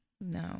No